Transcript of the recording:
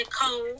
cold